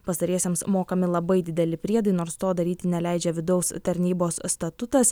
pastariesiems mokami labai dideli priedai nors to daryti neleidžia vidaus tarnybos statutas